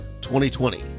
2020